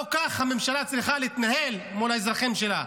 לא כך הממשלה צריכה להתנהל מול האזרחים שלה.